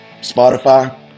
Spotify